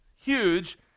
huge